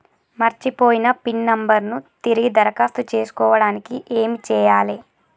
మర్చిపోయిన pin number ను తిరిగి దరఖాస్తు చేసుకోవడానికి ఏమి చేయాలే?